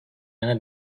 yana